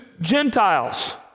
Gentiles